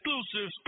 exclusive